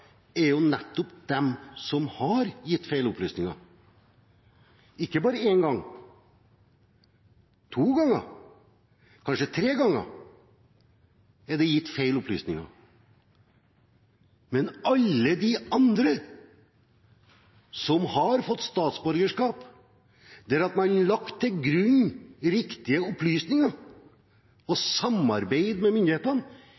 er jo nettopp de som har gitt feil opplysninger. Ikke bare én gang, men to ganger og kanskje tre ganger er det gitt feil opplysninger. Men alle de andre som har fått statsborgerskap der man har lagt riktige opplysninger til grunn